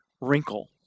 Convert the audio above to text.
wrinkle